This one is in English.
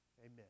Amen